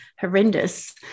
horrendous